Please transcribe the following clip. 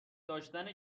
داشتن